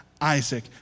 Isaac